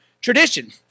Tradition